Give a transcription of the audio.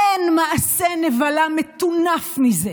אין מעשה נבלה מטונף מזה.